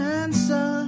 answer